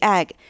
Egg